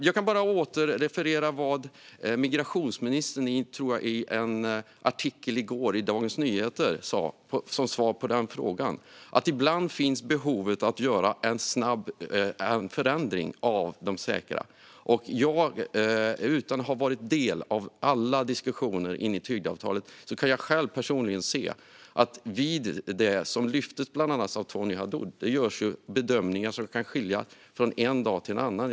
Jag kan referera till det migrationsministern svarade på den frågan i en artikel i går i Dagens Nyheter: Ibland finns behov av att göra en snabb förändring av säkra länder-listan. Utan att ha varit delaktig i alla diskussioner in i Tidöavtalet kan jag personligen se att i det som lyftes fram av bland andra Tony Haddou görs det bedömningar som kan skilja från en dag till en annan.